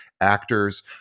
actors